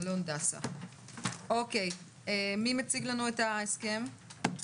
מי מציג לנו את ההסכם?